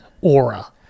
aura